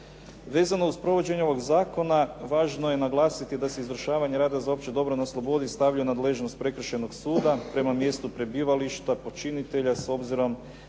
Vezano uz provođenje ovog zakona važno je naglasiti da se izvršavanje rada za opće dobro na slobodi stavlja u nadležnost prekršajnog suda prema mjestu prebivališta počinitelja s obzirom